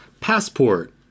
passport